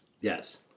Yes